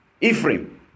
Ephraim